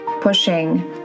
pushing